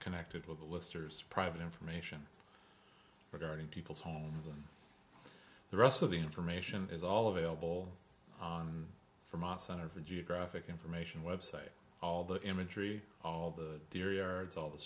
connected with a listers private information regarding people's homes and the rest of the information is all available for monson or for geographic information website all the imagery all the theory or it's all the